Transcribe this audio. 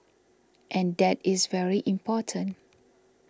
and that is very important